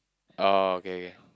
oh okay okay okay